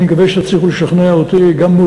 אני מקווה שתצליחו לשכנע אותי גם מול